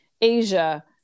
Asia